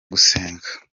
gusenga